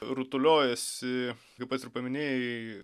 rutuliojasi kaip pats ir paminėjai